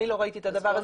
אני לא ראיתי את הדבר הזה,